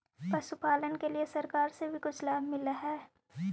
पशुपालन के लिए सरकार से भी कुछ लाभ मिलै हई?